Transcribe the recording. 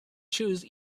choose